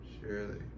Surely